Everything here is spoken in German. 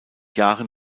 jahren